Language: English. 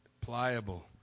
pliable